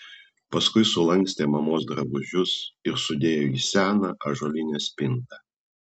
paskui sulankstė mamos drabužius ir sudėjo į seną ąžuolinę spintą